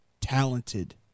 talented